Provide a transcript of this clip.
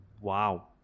Wow